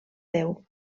deu